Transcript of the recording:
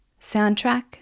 Soundtrack